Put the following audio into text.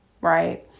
right